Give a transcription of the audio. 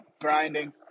grinding